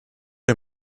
dir